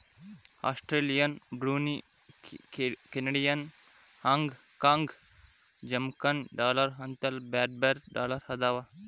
Australian Brunei Canadian Hong Kong Jamaican dollar ಅಂತೆಲ್ಲಾ ಬ್ಯಾರೆ ಬ್ಯಾರೆ ಡಾಲರ್ ಅದಾವ